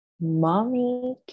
mommy